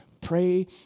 Pray